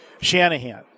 Shanahan